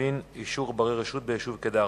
ביום כ"ג בתמוז התשס"ט (15 ביולי 2009):